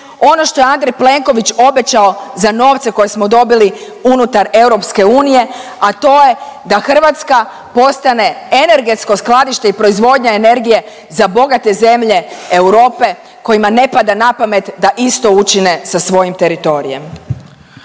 ono što je Andrej Plenković obećao za novce koje smo dobili unutar EU, a to je da Hrvatska postane energetsko skladište i proizvodnja energije za bogate zemlje Europe kojima ne pada na pamet da isto učine sa svojim teritorijem.